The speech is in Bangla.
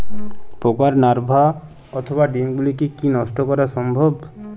পোকার লার্ভা অথবা ডিম গুলিকে কী নষ্ট করা সম্ভব?